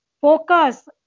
Focus